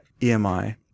EMI